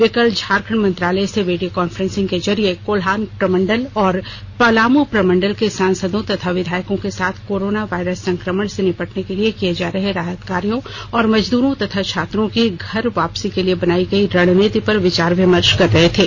वे कल झारखंड मंत्रालय से वीडियो कॉन्फ्रेंसिंग के जरिए कोल्हान प्रमंडल और पलामू प्रमंडल के सांसदों तथा विघायकों के साथ कोरोना वायरस संक्रमण से निपटने के लिए किए जा रहे राहत कार्यों और मजदूरों तथा छात्रों की घर वापसी के लिए बनाई गई रणनीति पर विचार विमर्श कर रहे थे